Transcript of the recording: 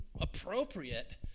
appropriate